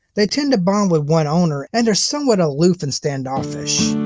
they tend to bond with one owner, and are somewhat aloof and standoffish.